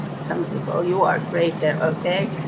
some people, you are a creator okay,